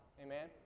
Amen